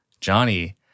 Johnny